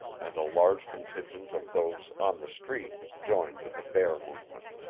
and a large contingent of those on the street joined in the bear movement.